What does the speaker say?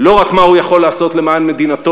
לא רק מה הוא יכול לעשות למען מדינתו,